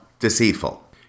deceitful